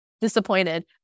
disappointed